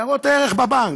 בניירות ערך בבנק.